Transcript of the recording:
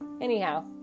Anyhow